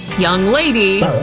young lady,